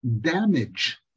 damage